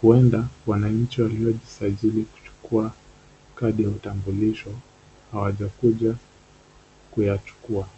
huenda wananchi waliojisajili kuchukua Kadi ya utambulisho hawajakuja kuyachukua .